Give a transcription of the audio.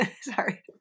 Sorry